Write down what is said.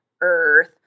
earth